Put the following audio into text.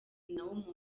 nyinawumuntu